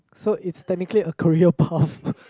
so it's technically a career path